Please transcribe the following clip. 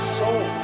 soul